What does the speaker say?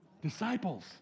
disciples